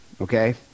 Okay